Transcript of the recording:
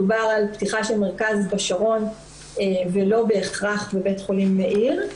דובר על פתיחה של מרכז בשרון ולא בהכרח בבית החולים מאיר.